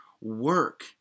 work